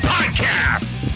Podcast